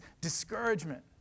discouragement